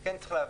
כן צריך להבין,